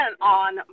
on